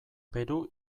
peru